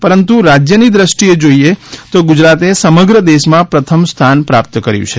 પરંતુ રાજયની દ્રષ્ટિએ જોઈએ તો ગુજરાતે સમગ્ર દેશમાં પ્રથમ સ્થાન પ્રાપ્ત કર્યુ છે